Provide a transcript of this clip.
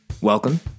Welcome